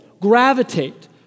gravitate